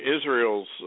Israel's